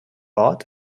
ort